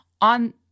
on